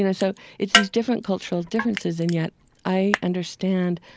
you know so it's these different cultural differences and yet i understand,